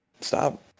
stop